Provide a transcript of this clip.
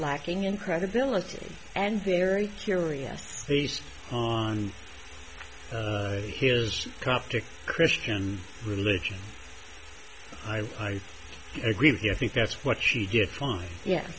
lacking in credibility and very curious based on his coptic christian religion i agree with you i think that's what she did fine ye